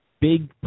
big